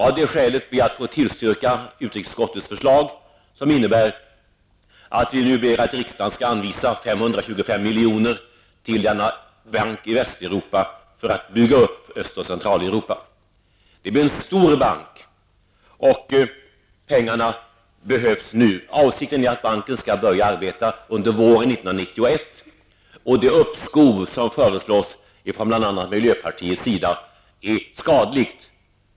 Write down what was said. Av det skälet ber jag att få yrka bifall till utrikesutskottets förslag, som innebär att vi nu ber riksdagen att anvisa 525 miljoner till denna bank i Västeuropa för att bygga upp Öst och Centraleuropa. Det blir en stor bank. Och pengarna behövs nu. Avsikten är att banken skall börja arbeta under våren 1991. Det uppskov som föreslås från bl.a. miljöpartiet är skadligt.